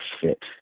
fit